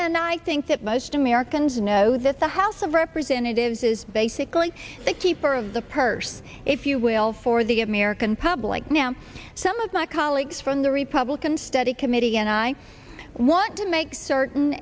and i think that most americans know that the house of representatives is basically the keeper of the purse if you will for the american public now some of my colleagues from the republican study committee and i want to make certain